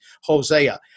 Hosea